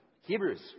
Hebrews